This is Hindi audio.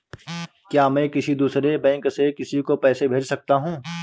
क्या मैं किसी दूसरे बैंक से किसी को पैसे भेज सकता हूँ?